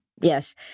Yes